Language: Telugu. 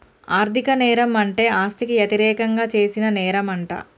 ఆర్ధిక నేరం అంటే ఆస్తికి యతిరేకంగా చేసిన నేరంమంట